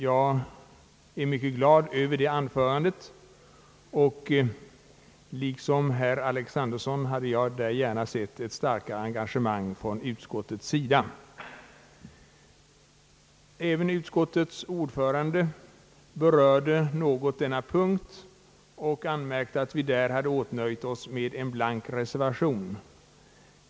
Jag är mycket glad över det anförandet, och i likhet med herr Alexanderson hade jag gärna sett ett starkare engagemang från utskottets sida i det avseendet. Även utskottets ordförande tog upp denna fråga. Han anmärkte att vi hade åtnöjt oss med en blank reservation.